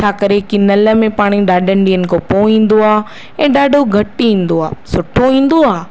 छा करे की नल में पाणी डाढनि ॾींहनि खां पोइ ईंदो आहे ऐं डाढो घटि ईंदो आहे सुठो ईंदो आहे